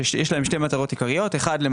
שיש להם שתי מטרות עיקריות: דבר ראשון,